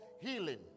healing